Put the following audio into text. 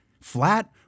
Flat